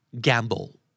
Gamble